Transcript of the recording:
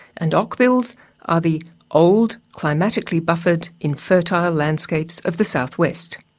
and ocbils are the old, climatically buffered infertile landscapes of the southwest'